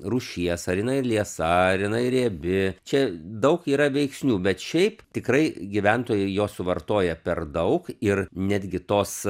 rūšies ar jinai liesa ar jinai riebi čia daug yra veiksnių bet šiaip tikrai gyventojai jos suvartoja per daug ir netgi tos